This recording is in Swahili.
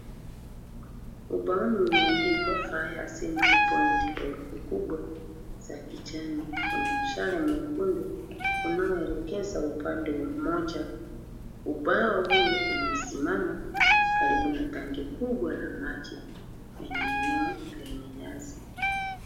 Ubaoni umeandikwa fire assembly point kwa herufi kubwa za kijani. Una mshale mwekundu unaoelekeza upande wa mmoja. Ubao huu umesimama karibu na tanki kubwa la maji kwenye eneo lenye nyasi.